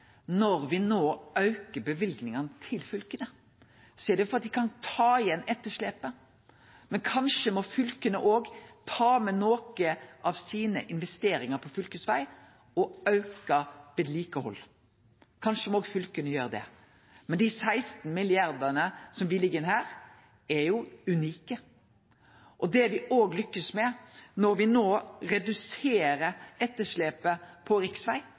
Når me no aukar løyvingane til fylka, så er det for at dei kan ta igjen etterslepet. Men kanskje må fylka òg ta med nokre av investeringane sine på fylkesveg og auke vedlikehaldet. Kanskje må fylka gjere det. Men dei 16 milliardane som me legg inn her, er jo unike. No reduserer me etterslepet på riksveg – og det var det Framstegspartiet fekk til, det var under Framstegspartiet si tid etterslepet på